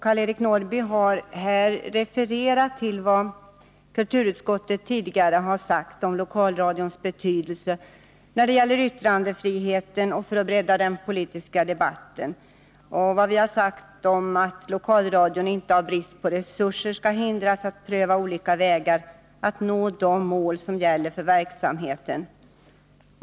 Karl-Eric Norrby har här refererat till vad kulturutskottet tidigare har sagt om lokalradions betydelse när det gäller yttrandefriheten och för att bredda den politiska debatten samt vad vi har sagt om att lokalradion inte av brist på resurser skall hindras att pröva olika vägar att nå de mål som gäller för verksamheten.